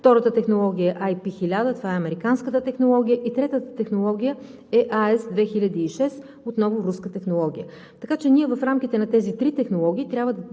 Втората технология API 1000 – това е американската технология. Третата технология е АЕS-2006 – отново руска технология. Така че ние в рамките на тези три технологии трябва да